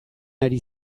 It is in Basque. ari